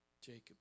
Jacob